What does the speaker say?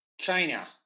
China